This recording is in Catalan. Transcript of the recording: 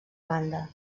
banda